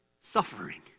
suffering